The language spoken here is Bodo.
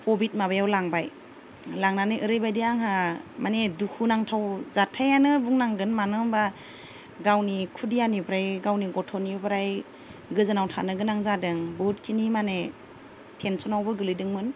कभिड माबायाव लांबाय लांनानै ओरैबायदि आंहा माने दुखुनांथाव जाथायानो बुंनांगोन मानो होम्बा गावनि खुदियानिफ्राय गावनि गथ'निफ्राय गोजानाव थानो गोनां जादों बहुतखिनि माने टेनसनावबो गोग्लैदोंमोन